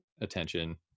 attention